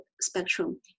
spectrum